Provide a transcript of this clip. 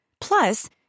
Plus